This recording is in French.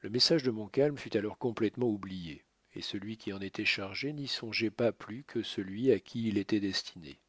le message de montcalm fut alors complètement oublié et celui qui en était chargé n'y songeait pas plus que celui à qui il était destiné